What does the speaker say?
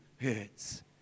hurts